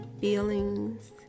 feelings